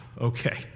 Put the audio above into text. okay